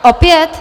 Opět?